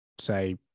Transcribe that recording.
say